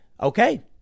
Okay